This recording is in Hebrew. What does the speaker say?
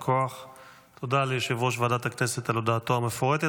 בהסכמת יושב-ראש ועדת הבריאות,